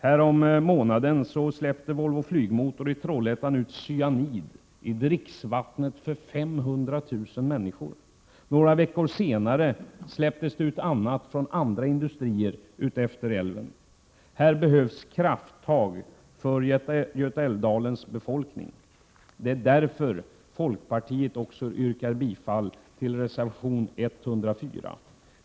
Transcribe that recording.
Härommånaden släppte Volvo Flygmotor i Trollhättan ut cyanid i dricksvattnet för 500 000 människor. Några veckor senare släpptes det ut annat från andra industrier utefter älven. Här behövs krafttag för Götaälvdalens befolkning! Det är därför folkpartiet också yrkar bifall till reservation 104.